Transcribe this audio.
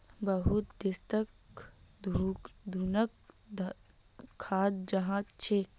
बहुत देशत घुनक खाल जा छेक